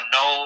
no